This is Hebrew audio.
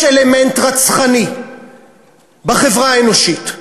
יש אלמנט רצחני בחברה האנושית,